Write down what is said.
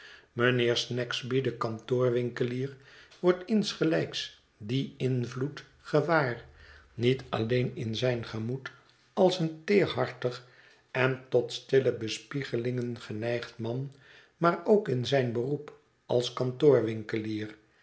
mijnheer snagsby de kantoorwinkelier wordt insgelijks dien invloed gewaar niet alleen in zijn gemoed als een teerhartig en tot stille bespiegelingen geneigd man maar ook in zijn beroep als